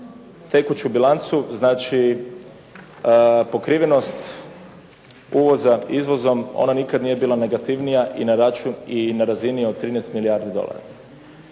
tekuću bilancu, znači pokrivenost uvoza izvozom, ona nikad nije bila negativnija i na razini od 13 milijardi dolara.